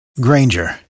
Granger